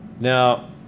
Now